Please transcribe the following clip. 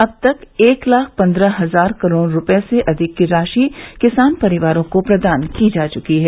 अब तक एक लाख पन्द्रह हजार करोड़ रूपये से अधिक की राशि किसान परिवारों को प्रदान की जा चुकी है